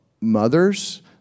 mothers